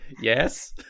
Yes